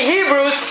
Hebrews